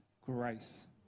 grace